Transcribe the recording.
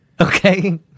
Okay